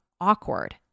awkward